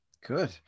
Good